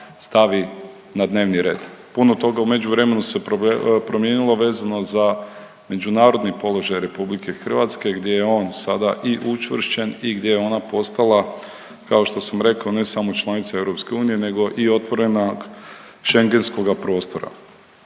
stavi na dnevni red. Puno toga u međuvremenu se promijenilo vezano za međunarodni položaj RH gdje je on sada i učvršćen i gdje je ona postala kao što sam rekao ne samo članica EU, nego i otvorenog Schengenskoga prostora.